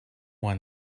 one